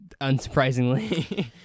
unsurprisingly